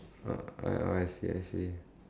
ah I I I see I see